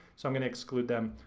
so i'm gonna exclude them.